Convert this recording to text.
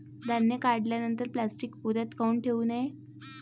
धान्य काढल्यानंतर प्लॅस्टीक पोत्यात काऊन ठेवू नये?